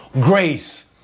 grace